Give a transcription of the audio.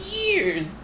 years